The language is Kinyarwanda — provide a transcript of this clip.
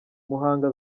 muhanga